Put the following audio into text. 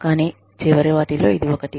కానీ చివరి వాటిలో ఇది ఒకటి